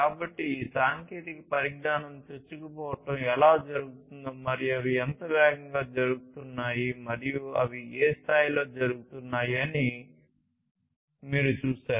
కాబట్టి ఈ సాంకేతిక పరిజ్ఞానం చొచ్చుకుపోవడం ఎలా జరుగుతుందో మరియు అవి ఎంత వేగంగా జరుగుతున్నాయి మరియు అవి ఏ స్థాయిలో జరుగుతున్నాయి అని మీరు చూశారు